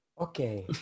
Okay